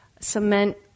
cement